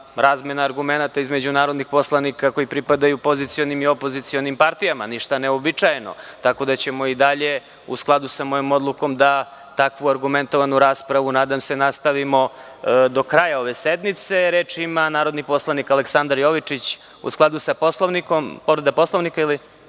razmena argumenata između narodnih poslanika koji pripadaju pozicionim i opozicionim partijama, ništa neuobičajeno, tako da ćemo i dalje, u skladu sa mojom odlukom, da takvu argumentovanu raspravu nastavimo do kraja ove sednice. Reč ima narodni poslanik Aleksandar Jovičić. Da li reklamirate povredu Poslovnika?(Aleksandar